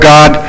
God